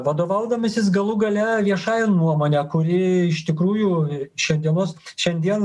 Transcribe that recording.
vadovaudamasis galų gale viešąja nuomone kuri iš tikrųjų šiandienos šiandien